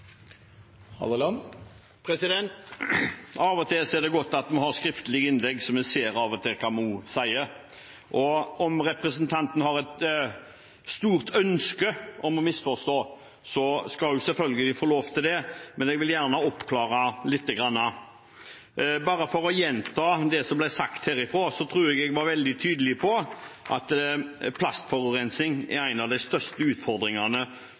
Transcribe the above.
Halleland bør forklare om han virkelig mener at den dugnadsinnsatsen som norske barn og ungdommer og enkelte voksne bedriver, er ubetydelig. Av og til er det godt at vi har skriftlige innlegg, slik at vi ser hva munnen sier. Om representanten har et stort ønske om å misforstå, skal hun selvfølgelig få lov til det, men jeg vil gjerne oppklare lite grann. Bare for å gjenta det som ble sagt herfra: Jeg tror jeg var veldig tydelig på at plastforurensning er